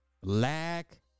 black